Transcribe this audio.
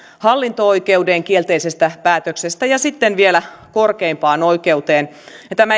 hallinto oikeuteen kielteisestä päätöksestä ja sitten vielä korkeimpaan oikeuteen tämä